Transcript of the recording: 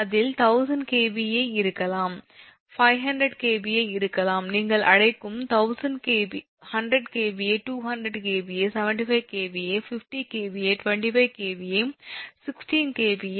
அதில் 1000 𝑘𝑉𝐴 இருக்கலாம் 500 𝑘𝑉𝐴 இருக்கலாம் நீங்கள் அழைக்கும் 100 𝑘𝑉𝐴 200 𝑘𝑉𝐴 75 𝑘𝑉𝐴 50 𝑘𝑉𝐴 25 𝑘𝑉𝐴 16 𝑘𝑉𝐴 மற்றும் 5 𝑘𝑉𝐴